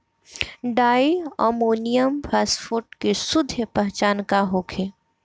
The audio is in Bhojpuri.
डाइ अमोनियम फास्फेट के शुद्ध पहचान का होखे?